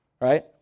right